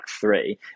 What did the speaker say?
three